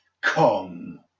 Come